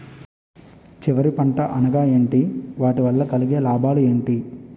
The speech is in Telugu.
చివరి పంట అనగా ఏంటి వాటి వల్ల కలిగే లాభాలు ఏంటి